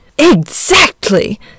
Exactly